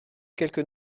quelques